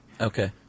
Okay